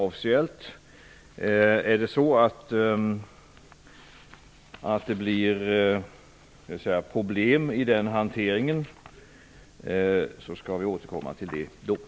Om problem i en sådan hantering uppstår, återkommer regeringen till det när så blir aktuellt.